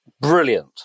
brilliant